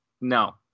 no